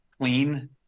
clean